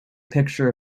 picture